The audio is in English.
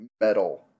metal